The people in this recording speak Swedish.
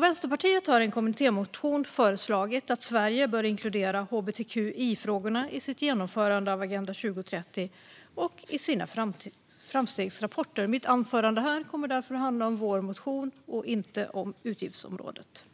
Vänsterpartiet har i en kommittémotion föreslagit att Sverige ska inkludera hbtqi-frågorna i sitt genomförande av Agenda 2030 och i sina framstegsrapporter. Mitt anförande kommer därför att handla om vår motion och inte om utgiftsområdet.